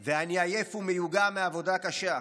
יום ואני, עייף ומיוגע מעבודה קשה,